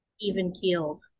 even-keeled